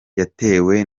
yatewe